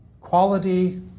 Quality